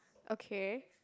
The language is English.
okay